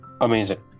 Amazing